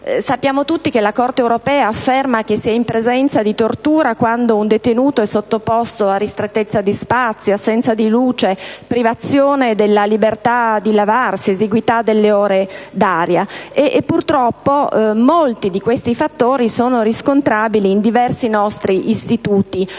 Sappiamo tutti che la Corte europea afferma che si è in presenza di tortura quando un detenuto è sottoposto a ristrettezza di spazi, ad assenza di luce, a privazione della libertà di lavarsi, all'esiguità delle ore d'aria, e purtroppo molti di questi fattori sono riscontrabili in diversi nostri istituti